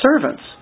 servants